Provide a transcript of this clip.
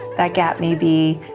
that gap may be,